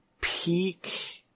peak